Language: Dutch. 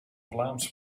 vlaams